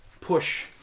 push